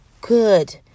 good